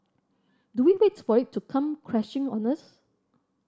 do we wait for it to come crashing on us